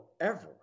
forever